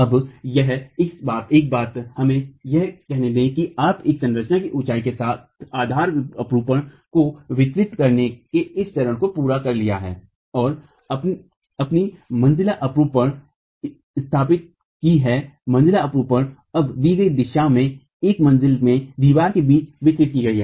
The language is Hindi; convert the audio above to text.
अब एक बार हमें यह कहने दें कि आपने एक संरचना की ऊंचाई के साथ आधार अपरूपण को वितरित करने के इस चरण को पूरा कर लिया है और अपनी मंजिला अपरूपणता स्थापित की है मंजिला अपरूपणता अब दी गई दिशा में एक मंजिला में दीवारों के बीच वितरित की गई हैं